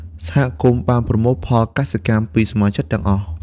សហគមន៍បានប្រមូលផលកសិផលពីសមាជិកទាំងអស់។